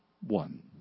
one